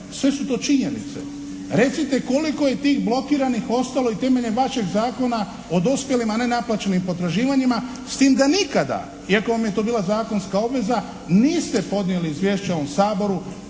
sve su to činjenice. Recite koliko je tih blokiranih ostalo i temeljem vašeg Zakona o dospjelim a nenaplaćenim potraživanjima, s tim da nikada iako vam je to bila zakonska obveza, niste podnijeli izvješće ovom Saboru